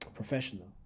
Professional